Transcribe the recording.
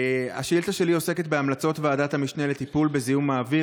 השאילתה שלי עוסקת בהמלצות ועדת המשנה לטיפול בזיהום האוויר